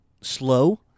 slow